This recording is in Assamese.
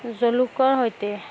জলুকৰ সৈতে